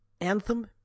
Anthem